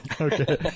Okay